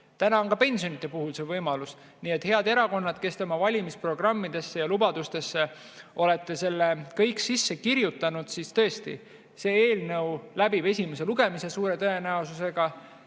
Täna on ka pensionide puhul see võimalus. Nii et head erakonnad, kes te oma valimisprogrammidesse ja -lubadustesse olete selle kõik sisse kirjutanud, siis tõesti, suure tõenäosusega